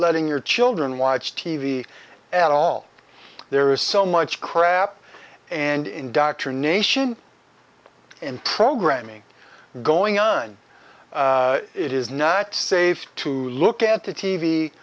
letting your children watch t v at all there is so much crap and indoctrination and programming going on it is not safe to look at the t